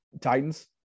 Titans